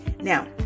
Now